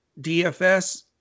DFS